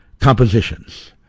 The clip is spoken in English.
compositions